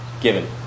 Given